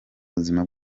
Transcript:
buzima